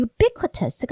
Ubiquitous